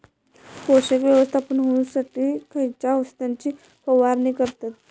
पोषक व्यवस्थापन होऊच्यासाठी खयच्या औषधाची फवारणी करतत?